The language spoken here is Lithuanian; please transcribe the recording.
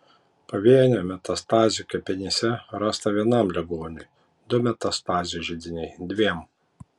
pavienių metastazių kepenyse rasta vienam ligoniui du metastazių židiniai dviem